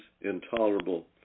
intolerable